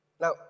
Now